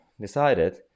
decided